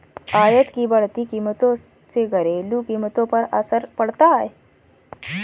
आयात की बढ़ती कीमतों से घरेलू कीमतों पर असर पड़ता है